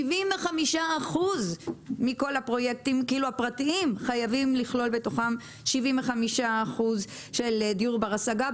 75% מכל הפרויקטים הפרטיים חייבים לכלול בתוכם 75% של דיור בר השגה.